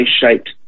shaped